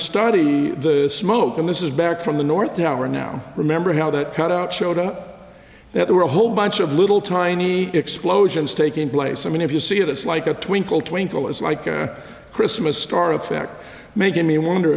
study the smoke and this is back from the north tower now remember how that cut out showed up that there were a whole bunch of little tiny explosions taking place i mean if you see this like a twinkle twinkle as like a christmas star effect making me wonder